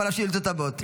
השאילתות הבאות.